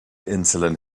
insulin